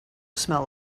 smell